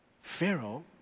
Pharaoh